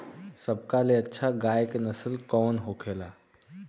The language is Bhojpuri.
सबका ले अच्छा गाय के नस्ल कवन होखेला?